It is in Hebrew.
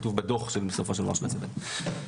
כתוב בדוח שהצוות הפיק.